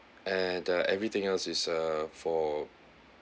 and ah everything else is a for